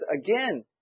again